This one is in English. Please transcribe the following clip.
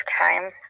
time